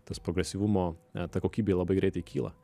tas progresyvumo ta kokybė labai greitai kyla